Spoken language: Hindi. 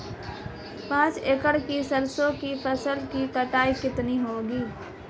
पांच एकड़ में सरसों की फसल की कटाई कितनी होगी?